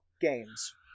Games